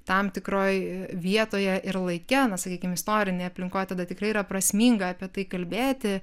tam tikroj vietoje ir laike na sakykim istorinėj aplinkoj tada tikrai yra prasminga apie tai kalbėti